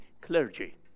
clergy